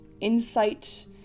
insight